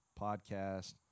podcast